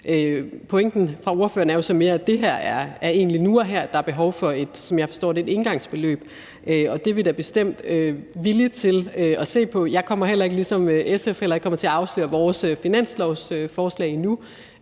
Pointen fra spørgeren er jo så mere, at det egentlig er nu og her, at der, som jeg forstår det, er behov for et engangsbeløb, og det er vi da bestemt villige til at se på. Jeg kommer ikke, ligesom SF heller ikke gør det, til at afsløre vores finanslovsforslag endnu.